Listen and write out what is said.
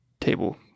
table